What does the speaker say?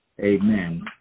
amen